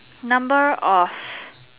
number of